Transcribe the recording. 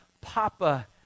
papa